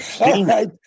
right